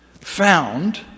found